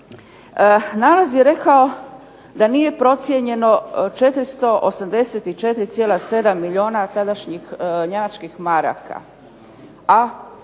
Nalaz je rekao da nije procijenjeno 484,7 milijuna tadašnjih njemačkih maraka,